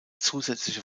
zusätzliche